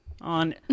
on